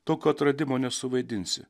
tokio atradimo nesuvaidinsi